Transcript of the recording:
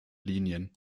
linien